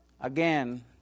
again